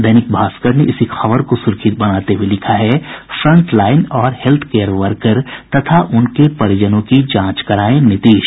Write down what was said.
दैनिक भास्कर ने इसी खबर को सुर्खी देते हुये लिखा है फ्रंटलाईन और हेल्थकेयर वर्कर तथा उनके परिजनों की जांच करायें नीतीश